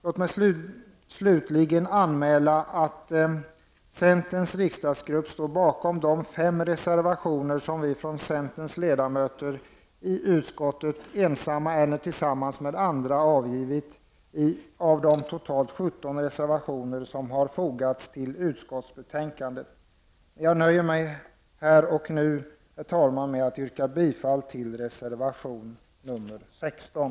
Låt mig slutligen anmäla att centerns riksdagsgrupp står bakom de fem reservationer som centerns ledamöter i utskottet ensamma eller tillsammans med andra avgivit av de totalt 17 reservationer som har fogats till utskottsbetänkandet. Jag nöjer mig här och nu med att yrka bifall till reservation 16, herr talman.